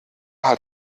hat